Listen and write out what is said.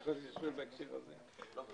באמצע הדיון, אני מצטערת.